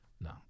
No